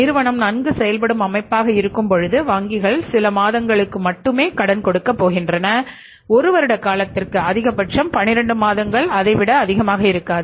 நிறுவனம் நன்கு செயல்படும் அமைப்பாக இருக்கும்போது வங்கிகள் சில மாதங்களுக்கு மட்டுமே கடன் கொடுக்கப் போகின்றன ஒரு வருட காலத்திற்கு அதிகபட்சம் 12 மாதங்கள் அதை விட அதிகமாக இருக்காது